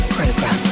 Program